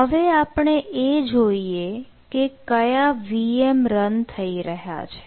હવે આપણે એ જોઈએ કે કયા VM રન થઈ રહ્યા છે